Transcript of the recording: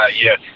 Yes